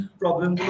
problem